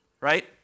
right